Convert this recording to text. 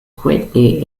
greatly